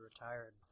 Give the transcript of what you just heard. retired